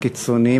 הקיצונים,